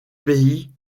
pays